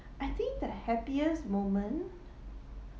I think the happiest moment